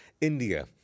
India